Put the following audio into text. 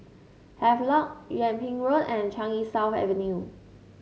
Havelock Yung Ping Road and Changi South Avenue